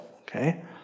Okay